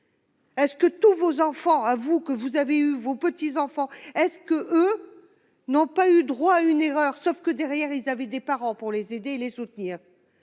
Est ce que tous vos enfants à vous que vous avez eu vos petits-enfants, est ce que eux n'ont pas eu droit à une erreur, sauf que derrière il avaient avait des parents pour les aider, les soutenir